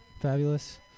Fabulous